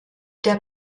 der